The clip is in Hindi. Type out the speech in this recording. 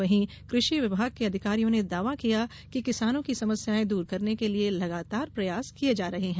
वहीं कृषि विभाग के अधिकारियों ने दावा किया कि किसानों की समस्याएं दूर करने के लिए लगातार प्रयास किए जा रहे हैं